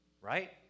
right